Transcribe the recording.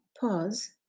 pause